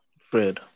Fred